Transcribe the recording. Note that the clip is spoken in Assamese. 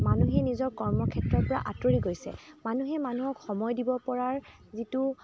মানুহে নিজৰ কৰ্মক্ষেত্ৰৰ পৰা আঁতৰি গৈছে মানুহে মানুহক সময় দিব পৰাৰ যিটো